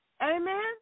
Amen